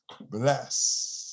Bless